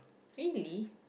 really